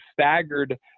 staggered